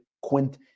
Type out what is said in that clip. quint